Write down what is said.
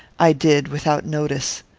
i did without notice.